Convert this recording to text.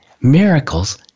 miracles